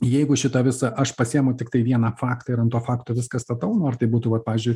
jeigu šitą visą aš pasiemu tiktai vieną faktą ir ant to fakto viską statau no ar tai būtų vat pavyzdžiui